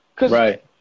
Right